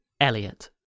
Elliot